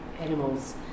animals